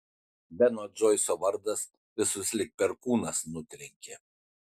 beno džoiso vardas visus lyg perkūnas nutrenkė